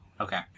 Okay